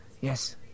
Yes